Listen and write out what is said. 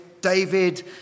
David